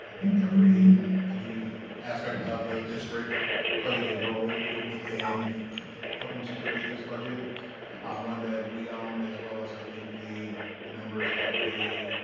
every every aspect of the district played a role within helping to create this budget one that we own as well as i think the the members of the